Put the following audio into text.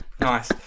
Nice